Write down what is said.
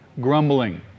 grumbling